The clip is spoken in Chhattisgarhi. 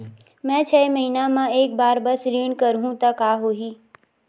मैं छै महीना म एक बार बस ऋण करहु त का होही?